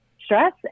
stress